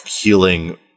healing